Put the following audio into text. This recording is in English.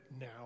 now